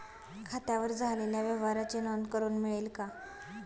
खात्यावर झालेल्या व्यवहाराची नोंद करून मिळेल का?